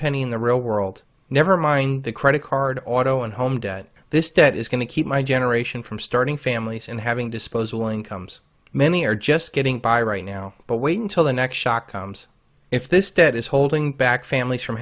penny in the real world never mind the credit card auto and home debt this debt is going to keep my generation from starting families and having disposable incomes many are just getting by right now but wait until the next shock comes if this debt is holding back families from